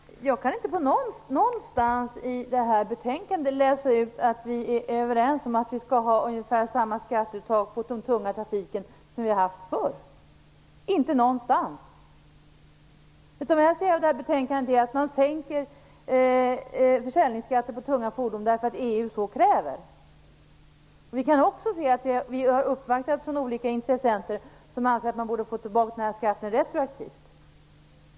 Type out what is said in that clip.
Fru talman! Jag kan inte någonstans i betänkandet läsa ut att vi är överens om att vi skall ha ungefär samma skatteuttag när det gäller den tunga trafiken som vi har haft förr - inte någonstans. Det vi kan se i betänkandet är att man föreslår en sänkning av försäljningsskatten på tunga fordon därför att EU så kräver. Vi kan också se att utskottet har uppvaktats av olika intressenter som anser att man borde få tillbaka skatten retroaktivt.